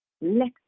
let